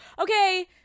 okay